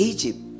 Egypt